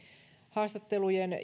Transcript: haastattelujen